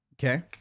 Okay